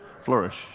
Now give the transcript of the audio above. Flourish